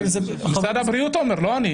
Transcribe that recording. משרד הבריאות אומר, לא אני.